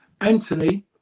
Anthony